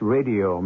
Radio